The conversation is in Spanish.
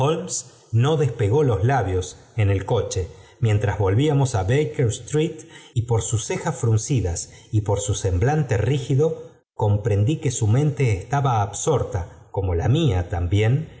no dospegó los labios en el coche h mientras volvíamos á baker street y por sus cejas fruncidas y por su semblante rígido comprendí que su mente estaba absorta como la mía también